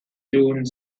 dune